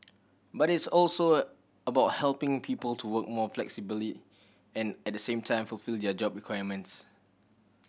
but it's also about helping people to work more flexibly and at the same time fulfil their job requirements